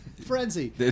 Frenzy